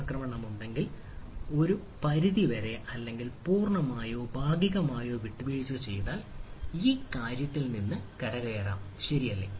ആക്രമണമുണ്ടെങ്കിൽ ഒരു പരിധിവരെ അല്ലെങ്കിൽ പൂർണ്ണമായോ ഭാഗികമായോ വിട്ടുവീഴ്ച ചെയ്താൽ ഈ കാര്യത്തിൽ നിന്ന് എങ്ങനെ കരകയറാം ശരിയല്ലേ